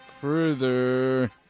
further